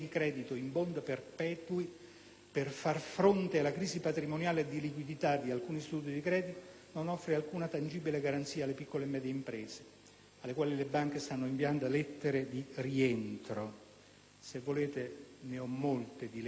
per far fronte alla crisi patrimoniale e di liquidità di alcuni istituti di credito) non offre alcuna tangibile garanzia alle piccole e medie imprese alle quali le banche stanno inviando lettere di rientro. Ho molte lettere di rientro